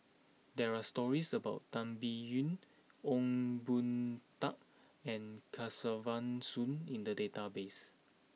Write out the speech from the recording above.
there are stories about Tan Biyun Ong Boon Tat and Kesavan Soon in the database